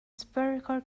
spherical